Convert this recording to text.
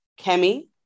Kemi